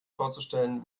vorzustellen